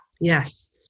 Yes